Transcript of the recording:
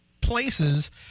Places